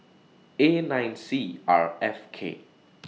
A nine C R F K